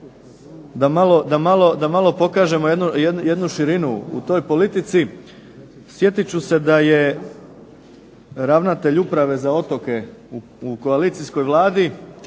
da malo pokažemo jednu širinu u toj politici. Sjetit ću se da je ravnatelj Uprave za otoke u koalicijskoj radi